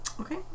okay